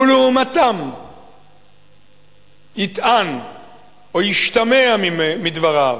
ולעומתם יטען או ישתמע מדבריו